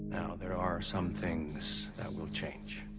now, there are some things that will change.